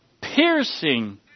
piercing